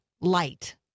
light